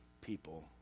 people